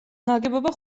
ნაგებობა